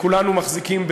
כולנו מחזיקים,